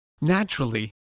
Naturally